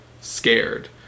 scared